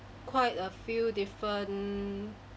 quite a few different